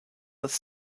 with